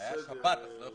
לא משפחתי ולא קהילתי.